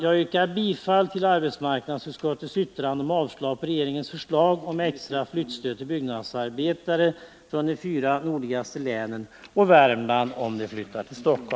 Jag yrkar bifall till utskottets hemställan om avslag på regeringens förslag om extra flyttstöd till byggnadsarbetare från de fyra nordligaste länen och Värmland, om de flyttar till Stockholm.